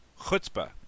chutzpah